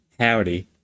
Howdy